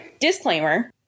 disclaimer